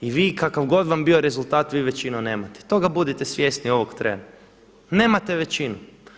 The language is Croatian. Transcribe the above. I vi kakav god vam bio rezultat vi većinu nemate, toga budite svjesni ovog trena, nemate većinu.